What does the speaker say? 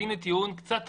והנה טיעון קצת טריקי.